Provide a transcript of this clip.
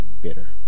bitter